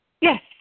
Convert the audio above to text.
Yes